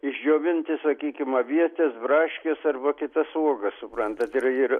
išdžiovinti sakykim avietes braškes arba kitas uogas suprantat ir ir